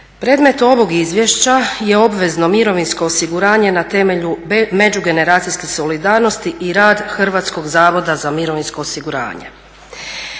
Predmet ovog izvješća je obvezno mirovinsko osiguranje na temelju međugeneracijske solidarnosti i rad Hrvatskog zavoda za mirovinsko osiguranje.